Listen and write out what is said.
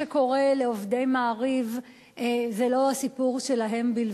צריך להתרכז בנאומים כדי שיקשיב להם ויבין ויסביר להם אחר